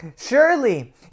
Surely